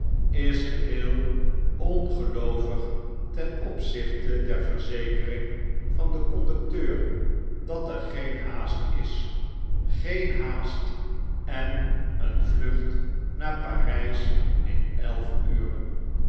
is geheei ongeloovig ten opzichteder verzekering van den conducteur dat er geen haast is geen haast en een vlucht naar parp in elf uren